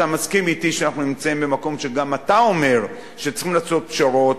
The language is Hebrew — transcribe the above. אתה מסכים אתי שאנחנו נמצאים במקום שגם אתה אומר שצריכים לעשות פשרות,